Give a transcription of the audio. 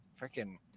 Freaking